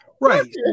Right